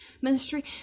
ministry